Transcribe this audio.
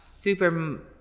super